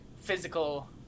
physical